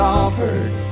offered